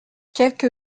quelque